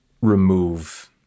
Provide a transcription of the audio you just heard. Remove